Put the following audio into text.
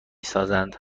سازند